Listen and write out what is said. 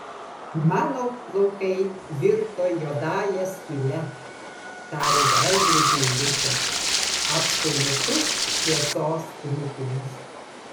mano plaukai virto juodąja skyle tarė veidrodžiui liusė absoliutus šviesos trūkumas